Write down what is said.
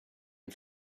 him